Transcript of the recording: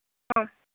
ஆ